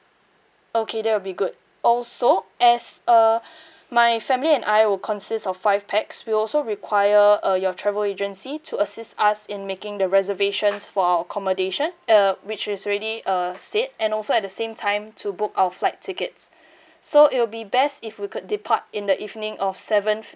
okay that'll be good also as uh my family and I will consist of five pax we'll also require uh your travel agency to assist us in making the reservations for our accommodation uh which is already uh said and also at the same time to book our flight tickets so it'll be best if we could depart in the evening of seventh